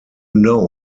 know